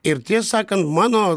ir tiesą sakant mano